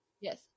yes